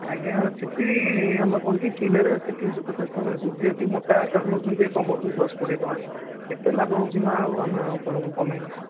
ଆଜ୍ଞା ସେଇଠି ଆମେ କ'ଣ କି କିଲେରେ ସେ ତିନିଶହ ପଚାଶ ଟଙ୍କା ନେଉଛୁ ଯେହେତୁ ମୋଟା ଆକାରରେ ନେଉଛନ୍ତି କମାଉଛୁ ଦଶ କୋଡ଼ିଏ ଟଙ୍କା କେତେ ଲାଭ ହେଉଛି ନା ଆମେ ଆପଣଙ୍କୁ କମାଇବୁ